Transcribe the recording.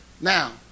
Now